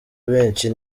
benshi